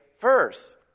first